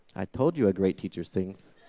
i told you a great teacher sings.